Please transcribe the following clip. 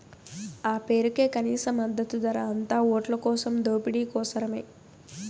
ఆ పేరుకే కనీస మద్దతు ధర, అంతా ఓట్లకోసం దోపిడీ కోసరమే